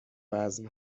وزن